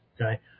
Okay